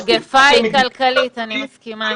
מגפה היא כלכלית, אני מסכימה אתך.